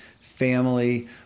family